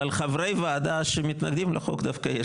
אבל חברי ועדה שמתנגדים לחוק דווקא יש.